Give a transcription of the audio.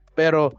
pero